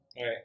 Right